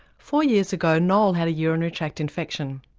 four years ago noel had a urinary tract infection.